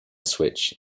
switch